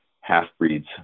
half-breeds